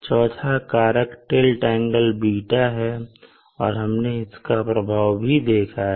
चौथा कारक tilt angle β है और हमने इसका भी प्रभाव देखा है